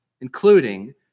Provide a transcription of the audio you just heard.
including